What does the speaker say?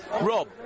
Rob